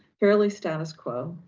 fairly status quo.